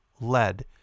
lead